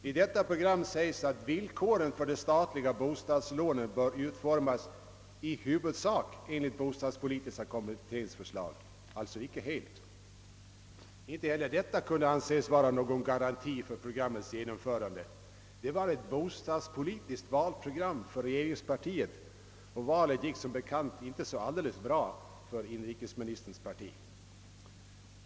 I detta program sägs att villkoren för de statliga bostadslånen bör utformas i huvudsak — alltså inte helt — enligt bostadspolitiska kommitténs förslag, Inte heller detta kan anses vara någon garanti för förslagets genomförande. Det var ett socialdemokratiskt valprogram för regeringspartiet, och valet gick som bekant inte så alldeles bra för inrikesministerns parti.